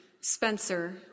Spencer